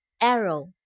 Arrow